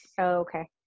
Okay